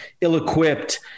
ill-equipped